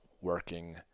working